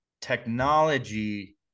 technology